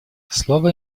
слово